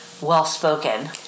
well-spoken